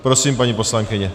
Prosím, paní poslankyně.